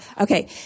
Okay